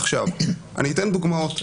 אני אתן דוגמאות.